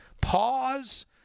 Pause